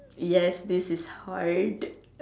yes this is hard